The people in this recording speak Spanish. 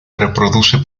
reproduce